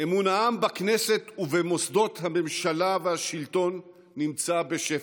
אמון העם בכנסת ובמוסדות הממשלה והשלטון נמצא בשפל.